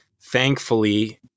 thankfully